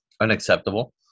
unacceptable